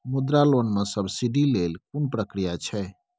मुद्रा लोन म सब्सिडी लेल कोन प्रक्रिया छै?